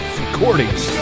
recordings